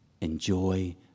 enjoy